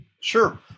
Sure